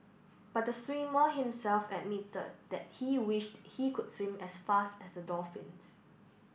but the swimmer himself admitted that he wished he could swim as fast as the dolphins